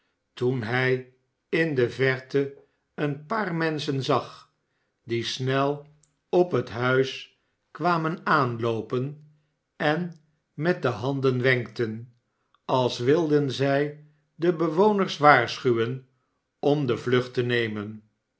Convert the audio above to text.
toen hij in de verte een paar menschen zag die snel op het huis kwamen aanloopen en met de handen wenkten als wilden zij de bewoners waarschuwen om de vlucht te nemen